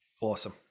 Awesome